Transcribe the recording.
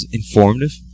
informative